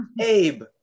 Abe